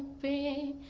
be